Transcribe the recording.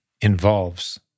involves